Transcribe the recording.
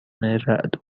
رعد